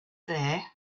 there